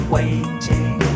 waiting